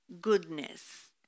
goodness